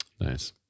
nice